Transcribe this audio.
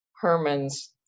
Herman's